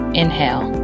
inhale